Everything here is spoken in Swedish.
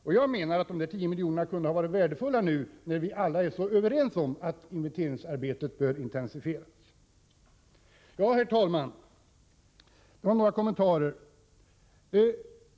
Men jag menar att de 10 miljonerna kunde ha varit värdefulla, eftersom vi alla är ense om att inventeringsarbetet bör intensifieras. Herr talman! Jag har något kommenterat vissa frågor.